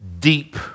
Deep